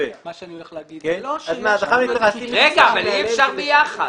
אבל אין מנכ"לים.